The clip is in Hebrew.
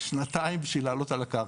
שנתיים בשביל לעלות על הקרקע,